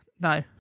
No